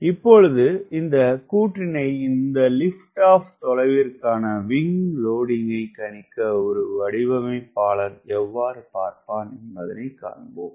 இப்பொழுது இந்த கூற்றினை இந்த லிப்ட் ஆப் தொலைவிற்கான விங்க் லோடிங்கை கணிக்க ஒரு வடிவமைப்பாளன் எவ்வாறு பார்ப்பான் என்பதனை காண்போம்